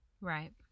Right